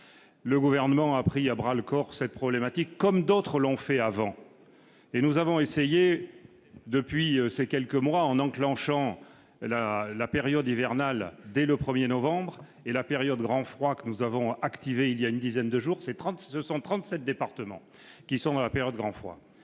le gouvernement a pris à bras-le-corps cette problématique comme d'autres l'ont fait avant et nous avons essayé depuis ces quelques mois en enclenchant la la période hivernale, dès le 1er novembre et la période de grand froid, que nous avons activé il y a une dizaine de jours, ces 30 137 départements qui sont la période grand froid